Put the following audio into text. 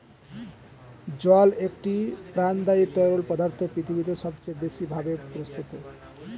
জল একটি প্রাণদায়ী তরল পদার্থ পৃথিবীতে সবচেয়ে বেশি ভাবে প্রস্তুত